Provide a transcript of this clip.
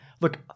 Look